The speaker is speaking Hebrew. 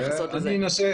אני אנסה.